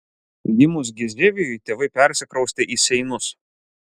gimus gizevijui tėvai persikraustė į seinus